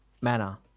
manner